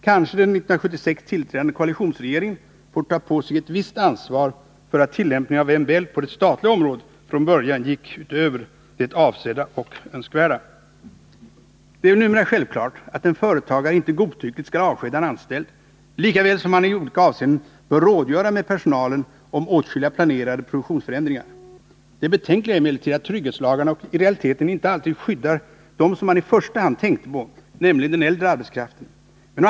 Kanske den koalitionsregering som tillträdde 1976 får ta på sig ett visst ansvar för att tillämpningen av MBL på det statliga området från början gick utöver det avsedda och önskvärda. Det är väl numera självklart att en företagare inte godtyckligt skall avskeda en anställd, lika väl som han i olika avseenden bör rådgöra med personalen om åtskilliga planerade produktionsförändringar. Det betänkliga är emellertid att trygghetslagarna i realiteten inte alltid skyddar dem som man i första hand tänkt på, nämligen den äldre arbetskraften.